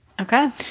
Okay